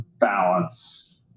balance